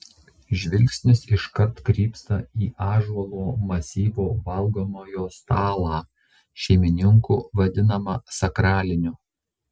žvilgsnis iškart krypsta į ąžuolo masyvo valgomojo stalą šeimininkų vadinamą sakraliniu